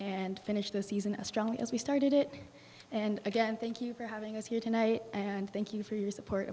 and finish the season as strong as we started it and again thank you for having us here tonight and thank you for your support